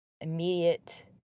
immediate